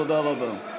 תודה רבה.